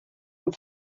amb